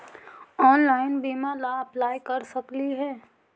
Online बीमा ला apply कर सकली हे?